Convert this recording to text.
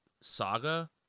saga